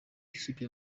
ikipe